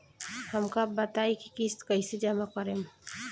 हम का बताई की किस्त कईसे जमा करेम?